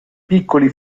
piccoli